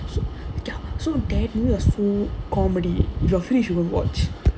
mm so ya so that movie was so comedy if you are free you should go watch